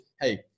hey